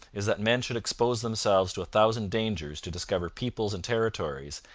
is that men should expose themselves to a thousand dangers to discover peoples and territories,